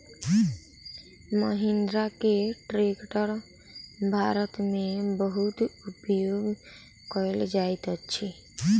महिंद्रा के ट्रेक्टर भारत में बहुत उपयोग कयल जाइत अछि